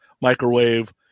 microwave